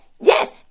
yes